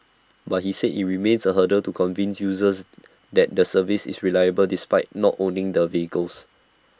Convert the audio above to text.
but he said IT remains A hurdle to convince users that the service is reliable despite not owning the vehicles